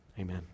amen